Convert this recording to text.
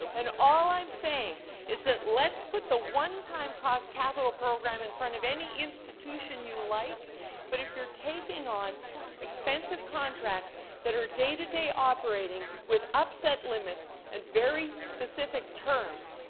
and all i'm saying is that let's put the one time cost capital program in front of any institution you like but if you're taking on expensive contracts that are day-to-day operatng with upset limits and very specific terms,